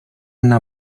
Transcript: una